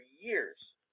years